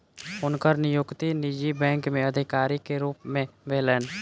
हुनकर नियुक्ति निजी बैंक में अधिकारी के रूप में भेलैन